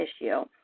issue